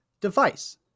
device